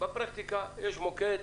בפרקטיקה יש מוקד.